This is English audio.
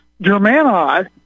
Germani